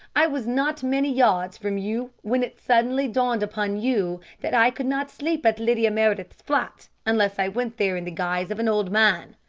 i was not many yards from you when it suddenly dawned upon you that i could not sleep at lydia meredith's flat unless i went there in the guise of an old man.